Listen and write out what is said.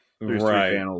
right